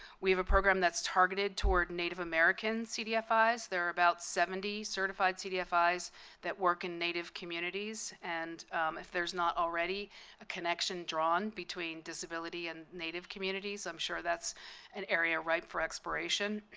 we have a program that's targeted toward native american cdfis. there are about seventy certified cdfis that work in native communities. and if there's not already a connection drawn between disability and native communities i'm sure that's an area ripe for exploration.